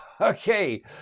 Okay